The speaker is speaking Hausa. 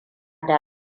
da